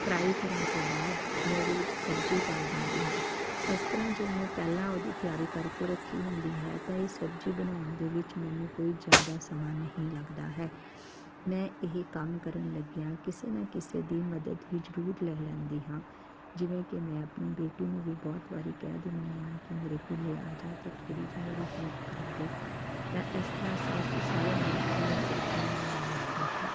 fry ਕਰਨ ਤੋਂ ਬਾਅਦ ਮੈਂ ਉਹਦੇ ਵਿੱਚ ਸਬਜ਼ੀ ਪਾ ਦਿੰਦੀ ਹਾਂ ਇਸ ਤਰ੍ਹਾਂ ਜੇ ਮੈਂ ਪਹਿਲਾਂ ਉਹਦੀ ਤਿਆਰੀ ਕਰਕੇ ਰੱਖੀ ਹੁੰਦੀ ਹੈ ਤਾਂ ਇਹ ਸਬਜ਼ੀ ਬਣਾਉਣ ਦੇ ਵਿੱਚ ਮੈਨੂੰ ਕੋਈ ਜ਼ਿਆਦਾ ਸਮਾਂ ਨਹੀਂ ਲੱਗਦਾ ਹੈ ਮੈਂ ਇਹ ਕੰਮ ਕਰਨ ਲੱਗਿਆਂ ਕਿਸੇ ਨਾ ਕਿਸੇ ਦੀ ਮਦਦ ਵੀ ਜ਼ਰੂਰ ਲੈ ਲੈਂਦੀ ਹਾਂ ਜਿਵੇਂ ਕਿ ਮੈਂ ਆਪਣੀ ਬੇਟੀ ਨੂੰ ਵੀ ਬਹੁਤ ਵਾਰੀ ਕਹਿ ਦਿੰਦੀ ਹਾਂ ਕਿ ਮੇਰੇ ਕੋਲ ਆ ਜਾ ਅਤੇ ਥੋੜ੍ਹੀ ਜਿਹੀ ਮੇਰੀ ਹੈਲਪ ਕਰ ਦੇ ਤਾਂ ਇਸ ਤਰ੍ਹਾਂ ਅਸੀਂ ਸ ਸਾਰੇ ਮਿਲ ਕੇ ਸਬਜ਼ੀਆਂ ਬਣਾ ਲੈਂਦੇ ਹਾਂ